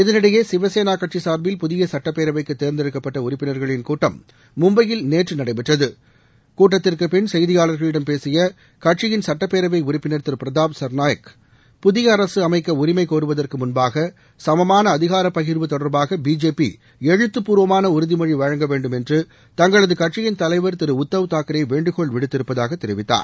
இதனிடையே சிவசேனா கட்சி சார்பில் புதிய சட்டப்பேரவைக்கு தேர்ந்தெடுக்கப்பட்ட உறுப்பினர்களின் கூட்டம் மும்பையில் நேற்று நடைபெற்றது கூட்டத்திற்குப்பின் செய்தியாளர்களிடம் பேசிய கட்சியின் சுட்டப்பேரவை உறுப்பினர் திரு பிரதாப் சர்நாயக் புதிய அரசு அமைக்க உரிமை கோருவதற்கு முன்பாக சுமான அதிகாரப்பகிர்வு தொடர்பாக பிஜேபி எழுத்துப்பூர்வமான உறுதிமொழி வழங்க வேண்டும் என்று தங்களது கட்சியின் தலைவர் திரு உத்தவ் தாக்ரே வேண்டுகோள் விடுத்திருப்பதாக தெரிவித்தார்